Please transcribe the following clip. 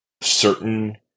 certain